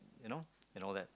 you know and all that